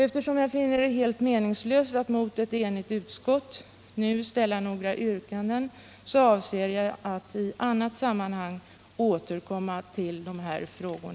Eftersom jag finner det meningslöst att mot ett enigt utskott framställa några yrkanden, avser jag att i annat sammanhang återkomma till dessa frågor.